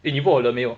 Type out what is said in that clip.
eh 你 vote 了没有